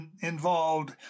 involved